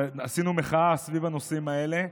ועשינו מחאה סביב הנושאים האלה,